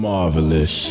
Marvelous